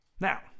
Now